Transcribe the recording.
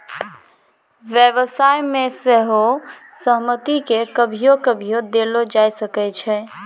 व्यवसाय मे सेहो सहमति के कभियो कभियो देलो जाय सकै छै